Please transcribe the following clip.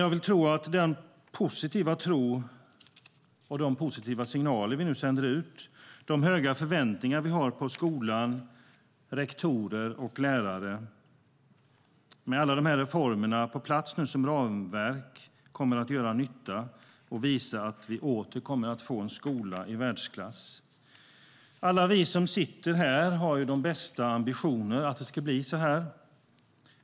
Jag vill tro att den positiva tro och de positiva signaler vi nu sänder ut och de höga förväntningar vi har på skola, rektorer och lärare och med alla reformer på plats som ramverk kommer att göra nytta och visa att vi åter kommer att få en skola i världsklass. Alla vi som sitter här har de bästa ambitioner att det ska bli så.